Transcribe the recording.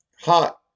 hot